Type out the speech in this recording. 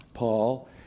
Paul